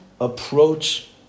approach